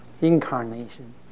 Incarnation